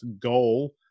goal